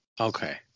Okay